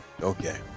Okay